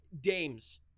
dames